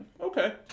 Okay